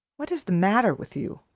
what is the matter with you?